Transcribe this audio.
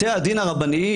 בתי הדין הרבניים,